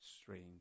Strange